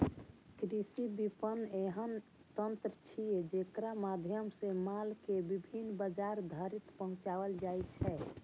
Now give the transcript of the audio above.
कृषि विपणन एहन तंत्र छियै, जेकरा माध्यम सं माल कें विभिन्न बाजार धरि पहुंचाएल जाइ छै